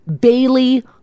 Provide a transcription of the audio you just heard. Bailey